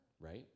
right